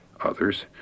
Others